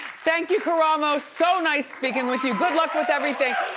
thank you karamo. so nice speaking with you. good luck with everything.